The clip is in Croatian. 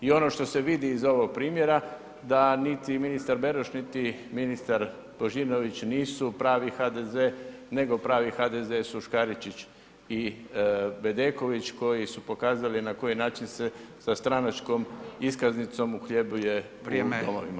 I ono što se vidi iz ovog primjera, da niti ministar Beroš, niti ministar Božinović nisu pravi HDZ nego pravi HDZ su Škaričić i Bedeković koji su pokazali na koji način se sa stranačkom iskaznicom uhljebljuje u domovima.